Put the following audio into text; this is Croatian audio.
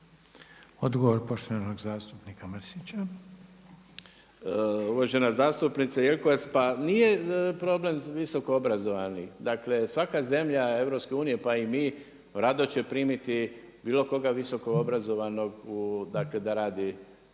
Odgovor poštovanog zastupnika Mrsića. **Mrsić, Mirando (SDP)** Uvažena zastupnice Jelkovac, pa nije problem visoko obrazovanih, dakle svaka zemlja EU, pa i mi rado će primiti bilo koga visoko obrazovanog da radi na